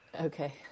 okay